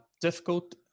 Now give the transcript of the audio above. difficult